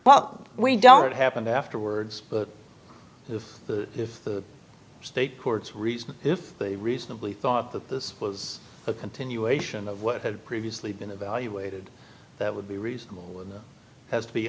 well we don't happened afterwards but if the if the state courts reasoning if they reasonably thought that this was a continuation of what had previously been evaluated that would be reasonable and has to be